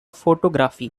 photography